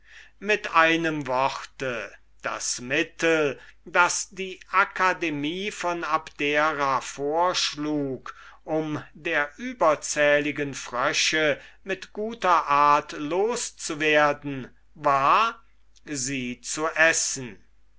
mit einem worte das mittel das die akademie von abdera vorschlug um der überzähligen frösche mit guter art los zu werden war sie zu essen